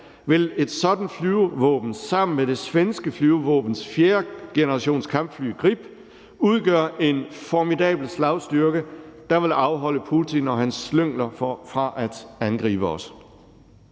vil et sådant flyvevåben sammen med det svenske flyvevåbens fjerdegenerationskampfly Gripen udgøre en formidabel slagstyrke, der vil afholde Putin og hans slyngler fra at angribe os.